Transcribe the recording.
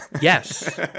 Yes